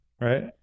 Right